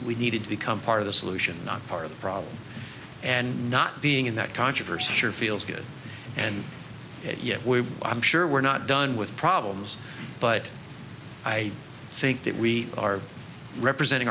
we needed to become part of the solution not part of the problem and not being in that controversy sure feels good and yet we i'm sure we're not done with problems but i think that we are representing